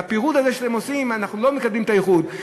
בפירוד הזה שאתם עושים אנחנו לא מקדמים את האיחוד,